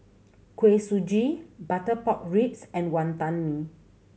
Kuih Suji butter pork ribs and Wonton Mee